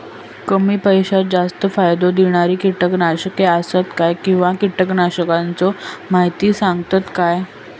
कमी पैशात जास्त फायदो दिणारी किटकनाशके आसत काय किंवा कीटकनाशकाचो माहिती सांगतात काय?